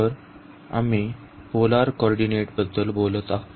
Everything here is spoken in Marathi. तर आम्ही पोलार कॉरडीनेट बद्दल बोलत आहोत